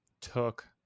took